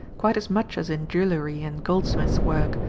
quite as much as in jewellery and goldsmith's work,